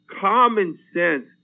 common-sense